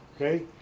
okay